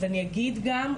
אז אני יגיד גם,